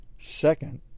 Second